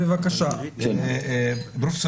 פרופ'